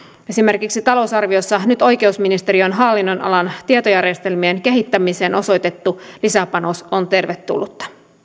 esimerkiksi talousarviossa nyt oikeusministeriön hallinnonalan tietojärjestelmien kehittämiseen osoitettu lisäpanos on tervetullut